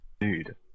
Dude